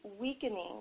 weakening